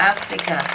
Africa